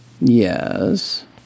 Yes